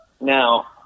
Now